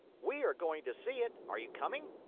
we are going to see it. are you coming?